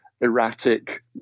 erratic